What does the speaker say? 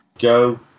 go